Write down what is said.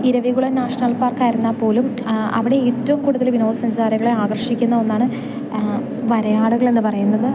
Eravikulam national പാർക്കായിരുന്നാൽപ്പോലും അവിടെ ഏറ്റവും കൂടുതൽ വിനോദസഞ്ചാരികളെ ആകർഷിക്കുന്ന ഒന്നാണ് വരയാടുകളെന്നു പറയുന്നത്